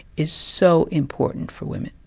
is so important for women.